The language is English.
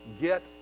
get